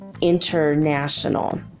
International